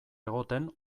egoten